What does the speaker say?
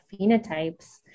phenotypes